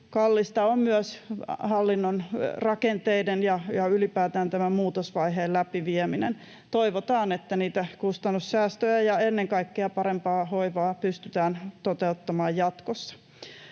Kallista on myös hallinnon rakenteiden ja ylipäätään tämän muutosvaiheen läpivieminen. Toivotaan, että niitä kustannussäästöjä ja ennen kaikkea parempaa hoivaa pystytään toteuttamaan jatkossa.